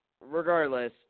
regardless